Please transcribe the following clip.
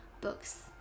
books